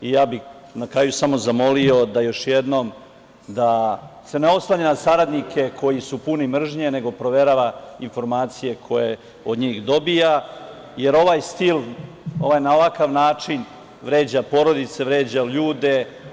Na kraju bih samo zamolio još jednom da se ne oslanja na saradnike koji su puni mržnje, nego provera informacije koje od njih dobija, jer ovaj stil, na ovakav način vređa porodice, vređa ljude.